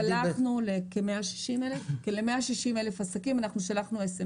--- שלחנו לכ-160,000 עסקים אס אם אס.